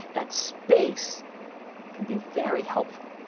that space can be very helpful.